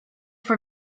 for